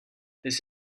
this